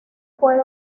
puede